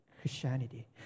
Christianity